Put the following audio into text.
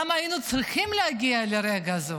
למה היינו צריכים להגיע לרגע הזה?